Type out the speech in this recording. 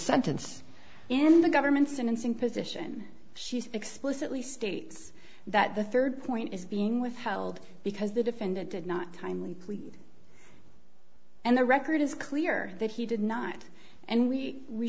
sentence in the government's and sing position she explicitly states that the third point is being withheld because the defendant did not timely cleaved and the record is clear that he did not and we we